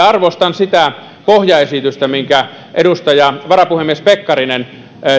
arvostan sitä pohjaesitystä minkä edustaja varapuhemies pekkarinen